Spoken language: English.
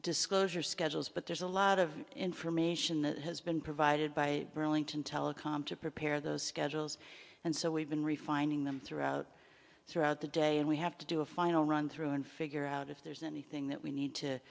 disclosure schedules but there's a lot of information that has been provided by burlington telecom to prepare those schedules and so we've been refining them throughout throughout the day and we have to do a final run through and figure out if there's anything that we need to